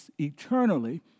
eternally